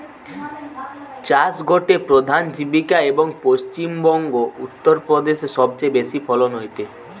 চাষ গটে প্রধান জীবিকা, এবং পশ্চিম বংগো, উত্তর প্রদেশে সবচেয়ে বেশি ফলন হয়টে